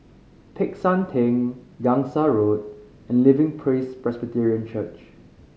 Peck San Theng Gangsa Road and Living Praise Presbyterian Church